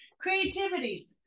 creativity